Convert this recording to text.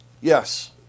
Yes